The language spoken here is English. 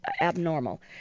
abnormal